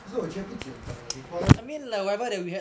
其实我绝不简单李光耀不简单